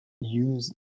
use